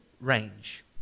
range